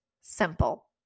simple